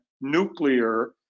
nuclear